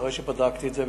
אחרי שבדקתי את זה,